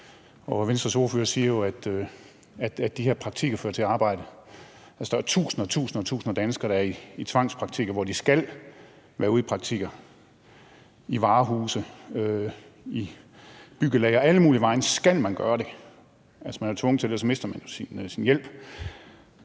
Venstres ordfører siger jo, at de her praktikker fører til arbejde. Der er tusinder af danskere, der er i tvangspraktik; de skal ud i praktik i varehuse, byggelagre og alle mulige steder. Man er tvunget til det, for ellers mister man sin hjælp.